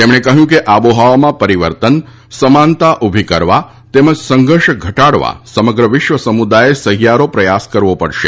તેમણે કહ્યું કે આબોહવામાં પરિવર્તન સમાનતા ઊભી કરવા તેમજ સંઘર્ષ ઘટાડવા સમગ્ર વિશ્વ સમુદાયે સહિયારો કરવો પડશે